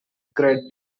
great